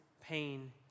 pain